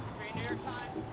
free inew york times.